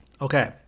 Okay